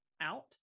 out